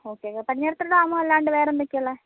okay okay Padinjarathara dam അല്ലാണ്ട് വേറെ എന്തൊക്കെയാണ് ഉള്ളത്